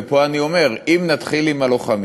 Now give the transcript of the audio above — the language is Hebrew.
ופה אני אומר: אם נתחיל עם הלוחמים,